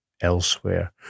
elsewhere